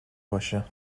باشه